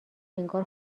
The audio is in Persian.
انگار